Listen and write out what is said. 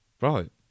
right